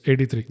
83